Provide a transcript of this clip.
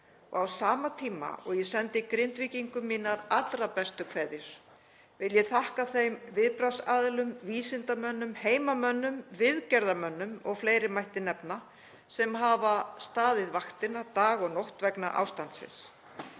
Á sama tíma og ég sendi Grindvíkingum mínar allra bestu kveðjur vil ég þakka þeim viðbragðsaðilum, vísindamönnum, heimamönnum, viðgerðarmönnum, og fleiri mætti nefna, sem hafa staðið vaktina dag og nótt vegna ástandsins.